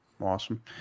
Awesome